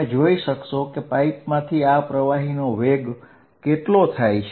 તમે જોઈ શકશો કે પાઇપમાંથી આ પ્રવાહીનો વેગ કેટલો થાય છે